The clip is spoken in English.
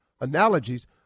analogies